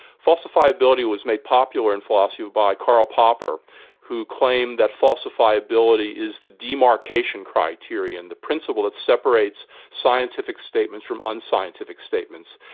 falsifiability was made popular in philosophy by karl popper who claimed that falsifiability is the demarcation criterion, the principle that separates scientific statements from unscientific statements.